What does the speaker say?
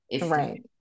Right